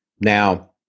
now